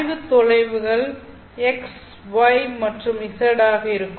ஆயத்தொலைவுகள் x y மற்றும் z ஆக இருக்கும்